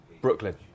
Brooklyn